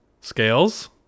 scales